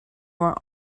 were